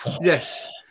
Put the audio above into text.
Yes